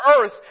earth